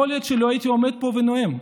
יכול להיות שלא הייתי עומד פה ונואם.